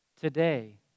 Today